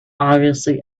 obviously